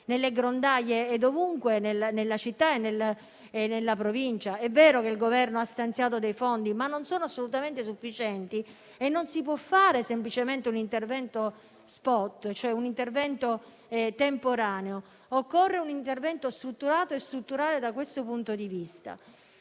nelle grondaie e ovunque nella città e nella Provincia. È vero che il Governo ha stanziato dei fondi, ma non sono assolutamente sufficienti e non si può fare semplicemente un intervento *spot*, temporaneo. Occorre un intervento strutturato e strutturale da questo punto di vista.